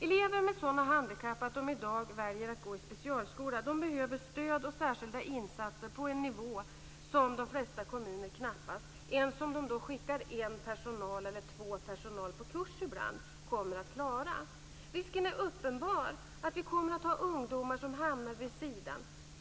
Elever som har sådana handikapp att de i dag väljer att gå i specialskola behöver stöd och särskilda insatser på en nivå som de flesta kommuner knappast - inte ens om de ibland skickar en eller två från personalen på kurs - kommer att klara. Risken är uppenbar att vi kommer att ha ungdomar som hamnar vid sidan av.